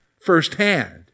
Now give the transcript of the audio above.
firsthand